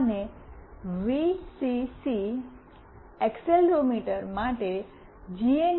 અને VCC accelerometer માટે જી